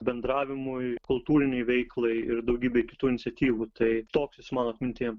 bendravimui kultūrinei veiklai ir daugybei kitų iniciatyvų tai toks jis mano atmintyje